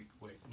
Wait